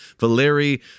Valery